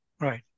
Right